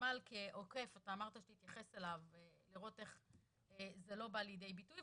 הוותמ"ל כעוקף אתה אמרת שתתייחס אליו וזה לא בא לידי ביטוי.